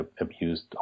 abused